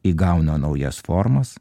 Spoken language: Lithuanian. įgauna naujas formas